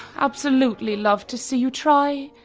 absolutely love to see you try.